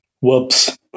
Whoops